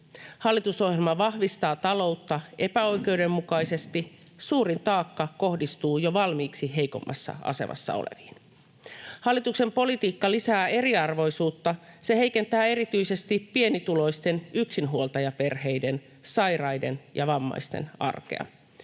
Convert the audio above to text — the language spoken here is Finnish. Hallitusohjelma vahvistaa taloutta epäoikeudenmukaisesti, suurin taakka kohdistuu jo valmiiksi heikommassa asemassa oleviin. Hallituksen politiikka lisää eriarvoisuutta. Se heikentää erityisesti pienituloisten yksinhuoltajaperheiden, sairaiden ja vammaisten arkea.